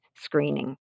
screening